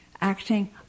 acting